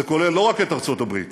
זה כולל לא רק את ארצות הברית